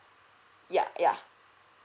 yeah yeah